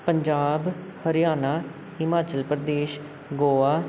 Punjab Haryana Himachal Pradesh Goa